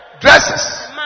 Dresses